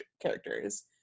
characters